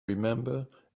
remember